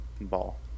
Ball